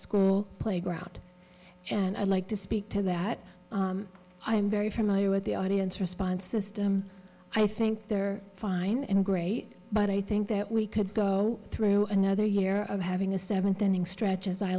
school playground and i'd like to speak to that i am very familiar with the audience response system i think they're fine and great but i think that we could go through another year of having a seventh inning stretch as i